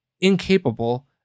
incapable